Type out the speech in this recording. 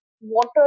water